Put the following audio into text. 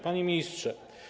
Panie Ministrze!